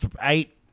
eight